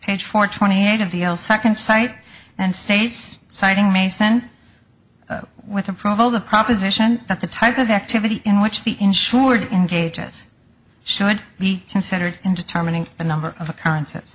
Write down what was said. page four twenty eight of the l second site and states citing mason with approval the proposition that the type of activity in which the insured in gauges should be considered in determining the number of occurrences